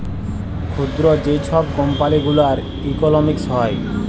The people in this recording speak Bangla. ক্ষুদ্র যে ছব কম্পালি গুলার ইকলমিক্স হ্যয়